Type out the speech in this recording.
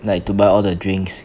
like to buy all the drinks